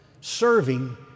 serving